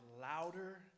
louder